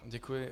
Děkuji.